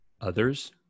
others